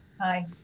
Hi